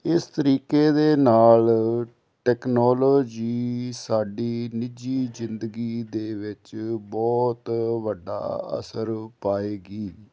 ਇਸ ਤਰੀਕੇ ਦੇ ਨਾਲ ਟੈਕਨੋਲੋਜੀ ਸਾਡੀ ਨਿੱਜੀ ਜ਼ਿੰਦਗੀ ਦੇ ਵਿੱਚ ਬਹੁਤ ਵੱਡਾ ਅਸਰ ਪਾਏਗੀ